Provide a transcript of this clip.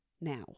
now